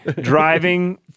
driving